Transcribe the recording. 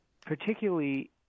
particularly